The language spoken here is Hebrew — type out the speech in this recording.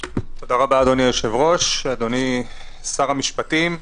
תודה רבה, אדוני היושב-ראש, אדוני שר המשפטים.